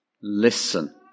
listen